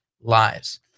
lives